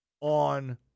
on